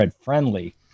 Friendly